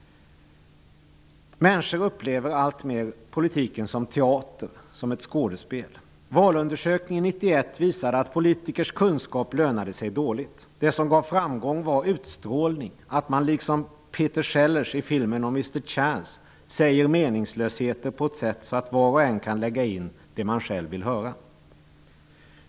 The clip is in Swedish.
Människor upplever alltmer politiken som teater, som ett skådespel. Valundersökningen år 1991 visade att politikers kunskaper lönade sig dåligt. Det som gav framgång var utstrålning. Liksom Peter Sellers i filmen om Mr Chance skulle man säga meningslösheter på ett sådant sätt att var och en kan lägga in det den själv vill höra.